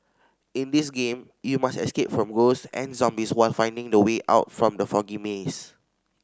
in this game you must escape from ghost and zombies while finding the way out from the foggy maze